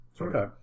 Okay